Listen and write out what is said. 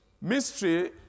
Mystery